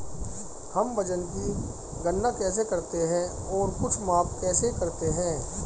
हम वजन की गणना कैसे करते हैं और कुछ माप कैसे करते हैं?